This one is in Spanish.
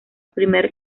primer